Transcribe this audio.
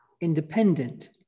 independent